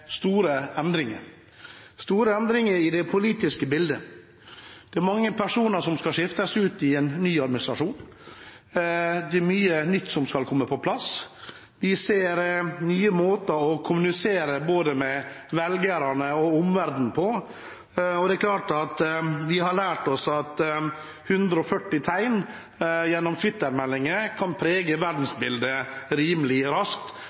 store endringer i det politiske bildet. Det er mange personer som skal skiftes ut i en ny administrasjon. Det er mye nytt som skal komme på plass. Vi ser nye måter å kommunisere med både velgerne og omverdenen på, og vi har lært oss at 140 tegn gjennom Twitter-meldinger kan prege verdensbildet rimelig raskt